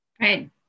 Right